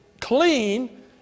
clean